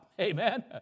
Amen